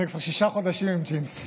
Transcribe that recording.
אני כבר שישה חודשים עם ג'ינס,